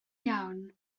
iawn